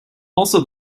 also